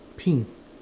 pink